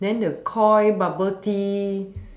then the koi bubble tea